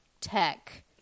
tech